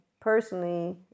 personally